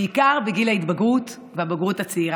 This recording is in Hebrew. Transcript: בעיקר בגיל ההתבגרות והבגרות הצעירה.